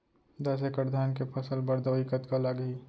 दस एकड़ धान के फसल बर दवई कतका लागही?